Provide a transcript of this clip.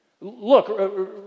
Look